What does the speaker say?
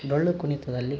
ಡೊಳ್ಳುಕುಣಿತದಲ್ಲಿ